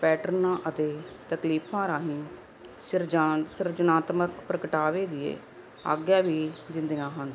ਪੈਟਰਨਾਂ ਅਤੇ ਤਕਲੀਫਾਂ ਰਾਹੀਂ ਸਿਰਜਾਨ ਸਿਰਜਣਾਤਮਕ ਪ੍ਰਗਟਾਵੇ ਦੀ ਆਗਿਆ ਵੀ ਦਿੰਦੀਆਂ ਹਨ